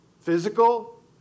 physical